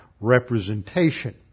representation